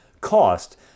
cost